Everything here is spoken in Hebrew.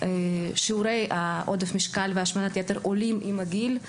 שיעורי עודף המשקל והשמנת היתר עולים עם הגיל.